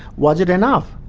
was it enough?